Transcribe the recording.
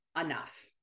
enough